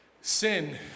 sin